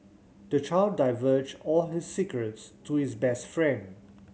the child divulged all his secrets to his best friend